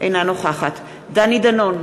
אינה נוכחת דני דנון,